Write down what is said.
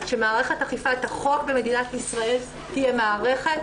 שמערכת אכיפת החוק במדינת ישראל תהיה מערכת